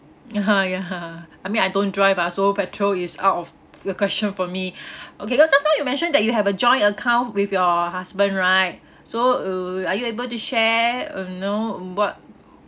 yeah yeah I mean I don't drive ah so petrol is out of the question for me okay got just now you mentioned that you have a joint account with your husband right so uh are you able to share uh you know about